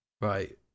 right